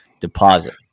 deposit